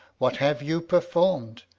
what have you perform'd?